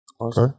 Okay